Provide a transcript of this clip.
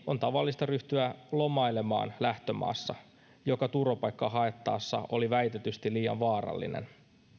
on tavallista ryhtyä lomailemaan lähtömaassa joka turvapaikkaa haettaessa oli väitetysti liian vaarallinen